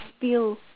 feel